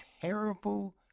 terrible